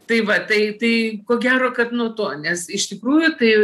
tai va tai tai ko gero kad nuo to nes iš tikrųjų tai